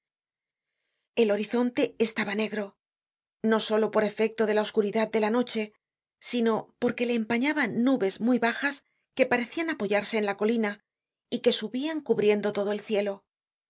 el horizonte estaba negro no solo por efecto de la oscuridad de la noche sino porque le empañaban nubes muy bajas que parecian apoyarse en la colina y que subian cubriendo todo el cielo